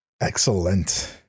excellent